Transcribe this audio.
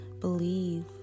Believe